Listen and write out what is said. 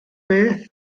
beth